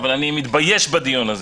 אבל אני מתבייש בדיון הזה.